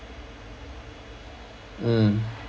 mm